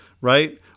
right